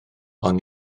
ond